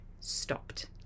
stopped